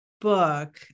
book